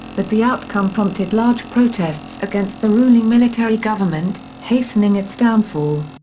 but the outcome prompted large protests against the ruling military government, hastening its downfall.